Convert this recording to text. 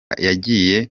yagiye